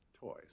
toys